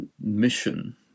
mission